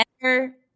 better